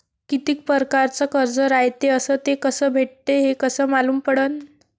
कितीक परकारचं कर्ज रायते अस ते कस भेटते, हे कस मालूम पडनं?